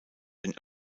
den